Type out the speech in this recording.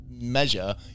measure